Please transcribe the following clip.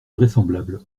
vraisemblable